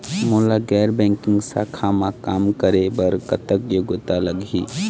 मोला गैर बैंकिंग शाखा मा काम करे बर कतक योग्यता लगही?